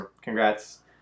Congrats